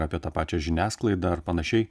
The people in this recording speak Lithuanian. apie tą pačią žiniasklaidą ar panašiai